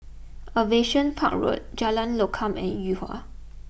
Aviation Park Road Jalan Lokam and Yuhua